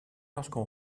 lorsqu’on